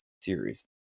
series